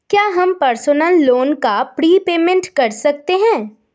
क्या हम personal loan का प्रीपेमेंट कर सकते हैं?